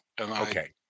Okay